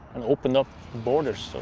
and opened up borders, so